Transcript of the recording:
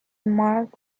marked